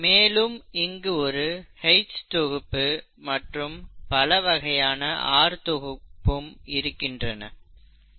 மேலும் இங்கு ஒரு H தொகுப்பு மற்றும் பல வகையான R தொகுப்பும் இருக்கின்றன